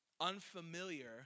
unfamiliar